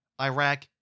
Iraq